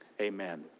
amen